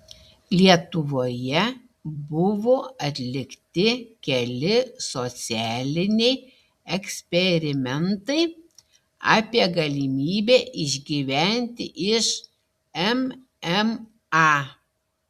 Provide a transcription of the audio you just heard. lietuvoje buvo atlikti keli socialiniai eksperimentai apie galimybę išgyventi iš mma